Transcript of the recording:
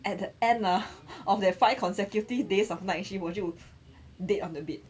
at the end ah of the five consecutive days of night shift 我就 dead on the bed